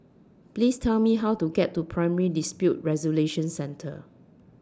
Please Tell Me How to get to Primary Dispute Resolution Centre